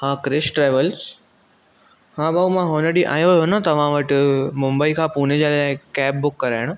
हां क्रिश ट्रेवलस हा भाऊ मां हुन ॾींहुं आयो हुयो न तव्हां वटि मुम्बई खां पुने जे लाइ हिकु कैब बुक कराइणु